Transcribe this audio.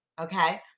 okay